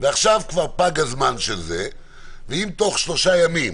ועכשיו כבר פג הזמן, ואם בתוך שלושה ימים